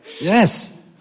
Yes